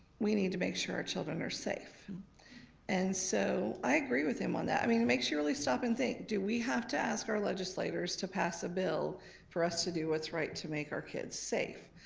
we need to make sure our children are safe and so i agree with him on that. i mean it it makes you really stop and think, do we have to ask our legislators to pass a bill for us to do what's right to make our kids safe?